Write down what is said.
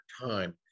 time